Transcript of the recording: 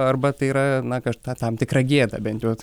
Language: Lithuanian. arba tai yra na kar tam tikra gėda bent jau